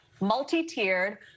multi-tiered